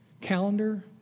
calendar